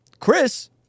Chris